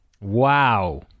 Wow